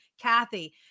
Kathy